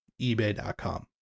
ebay.com